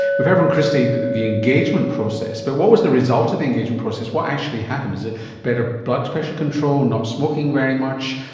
heard from kristie the the engagement process, but what was the result of the engagement process, what actually happened? is it better blood pressure control, not smoking very much?